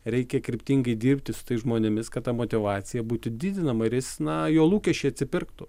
reikia kryptingai dirbti su tais žmonėmis kad ta motyvacija būti didinama ir jis na jo lūkesčiai atsipirktų